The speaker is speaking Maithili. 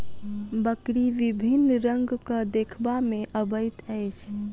बकरी विभिन्न रंगक देखबा मे अबैत अछि